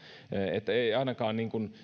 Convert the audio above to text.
että ei ainakaan